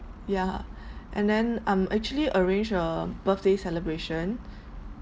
ya and then I'm actually arrange a birthday celebration